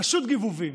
פשוט גיבובים.